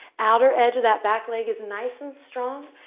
outer edge of that back leg is nice and strong.